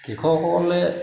কৃষকসকলে